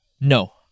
No